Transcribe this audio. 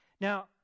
Now